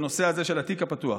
בנושא הזה של התיק הפתוח,